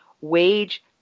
wage